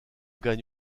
gagne